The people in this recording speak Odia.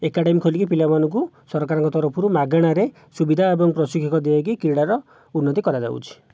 ଏକାଡ଼େମୀ ଖୋଲିକି ପିଲାମାନଙ୍କୁ ସରକାରଙ୍କ ତରଫରୁ ମାଗଣାରେ ସୁବିଧା ଏବଂ ପ୍ରଶିକ୍ଷକ ଦେଇକି କ୍ରୀଡ଼ାର ଉନ୍ନତି କରାଯାଉଅଛି